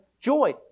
joy